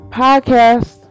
podcast